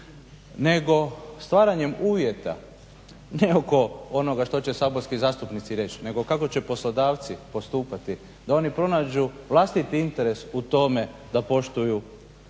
nego stvaranjem uvjeta ne oko onoga što će saborski zastupnici reći nego kako će poslodavci postupati, da oni pronađu vlastiti interes u tome da poštuju zakon